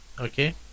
Okay